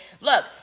Look